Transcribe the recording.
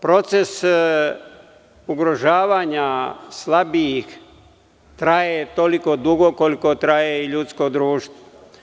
Proces ugrožavanja slabijih traje toliko dugo koliko traje i ljudsko društvo.